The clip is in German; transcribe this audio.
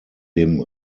dem